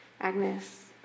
Agnes